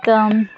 ಮತ್ತು